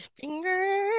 finger